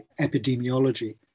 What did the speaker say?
epidemiology